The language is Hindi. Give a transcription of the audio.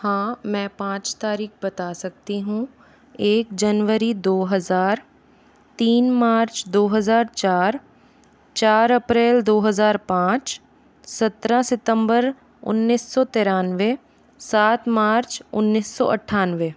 हाँ मैं पाँच तारिख बता सकती हूँ एक जनवरी दो हज़ार तीन मार्च दो हज़ार चार चार अप्रैल दो हज़ार पाँच सत्रह सितम्बर उन्निस सौ तिरानवे साथ मार्च उन्निस सौ अट्ठानवे